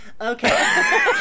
Okay